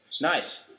Nice